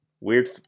Weird